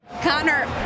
Connor